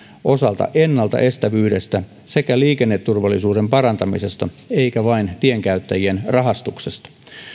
osalta ennalta estävyydestä sekä liikenneturvallisuuden parantamisesta eikä vain tienkäyttäjien rahastuksesta